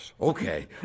Okay